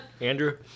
Andrew